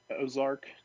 Ozark